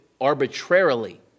arbitrarily